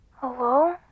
Hello